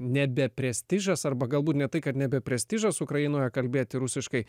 nebe prestižas arba galbūt ne tai kad nebe prestižas ukrainoje kalbėti rusiškai